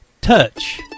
touch